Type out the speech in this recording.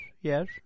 yes